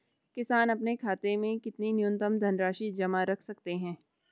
किसान अपने खाते में कितनी न्यूनतम धनराशि जमा रख सकते हैं?